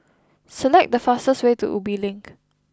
select the faster way to Ubi Link